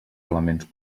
elements